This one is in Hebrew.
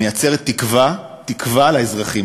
מייצרת תקווה לאזרחים.